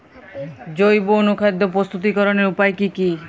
জৈব অনুখাদ্য প্রস্তুতিকরনের উপায় কী কী?